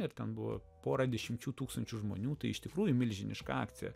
ir ten buvo pora dešimčių tūkstančių žmonių tai iš tikrųjų milžiniška akcija